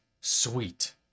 sweet